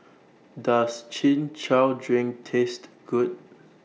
Does Chin Chow Drink Taste Good